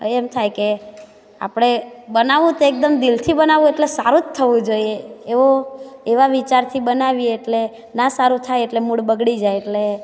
એમ થાય કે આપણે બનાવવું તે એકદમ દિલથી બનાવવું એટલે સારું જ થવું જ જોઈએ એવો એવા વિચારથી બનાવીએ એટલે ના સારું થાય એટલે મૂડ બગડી જાય એટલે